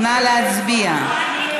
נא להצביע.